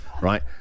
Right